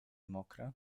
mokre